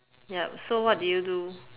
yup so what did you do